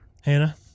Hannah